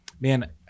man